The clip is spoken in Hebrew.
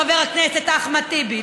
חבר הכנסת אחמד טיבי,